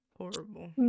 horrible